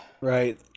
Right